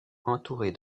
entourée